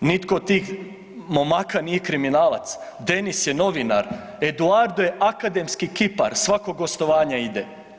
Nitko od tih momaka nije kriminalac, Denis je novinar, Eduardo je akademski kipar, svako gostovanje ide.